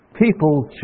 People